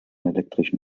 elektrischen